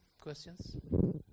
questions